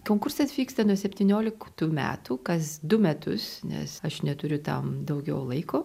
konkursas vyksta nuo septynioliktų metų kas du metus nes aš neturiu tam daugiau laiko